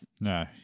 no